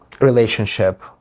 relationship